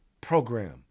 program